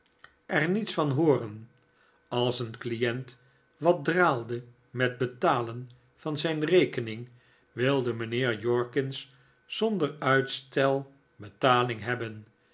er niets van hooren als een client wat draalde met het betalen van zijn rekening wilde mijnheer jorkins zonder uitstel betaling hebben